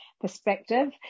perspective